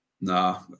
Nah